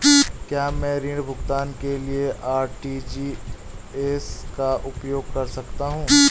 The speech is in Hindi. क्या मैं ऋण भुगतान के लिए आर.टी.जी.एस का उपयोग कर सकता हूँ?